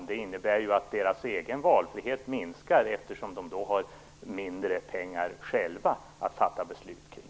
Det innebär att deras egen valfrihet minskar, eftersom de då får mindre pengar att själva fatta beslut kring.